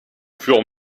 für